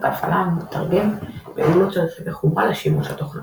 במערכת ההפעלה המתרגם פעולות של רכיבי חומרה לשימוש התוכנה.